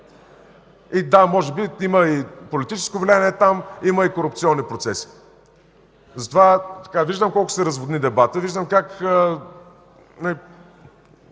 и да, може би има и политическо влияние там, има и корупционни процеси. Виждам, колко се разводни дебатът.